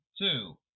two